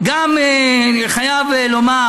אני חייב לומר: